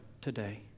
today